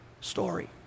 story